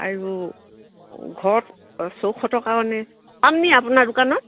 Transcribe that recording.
আৰু ঘৰত কাৰণে পাম নেকি আপোনাৰ দোকানত